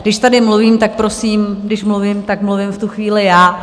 Když tady mluvím, tak prosím, když mluvím, tak mluvím v tu chvíli já.